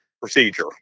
procedure